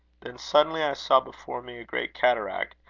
then suddenly i saw before me a great cataract,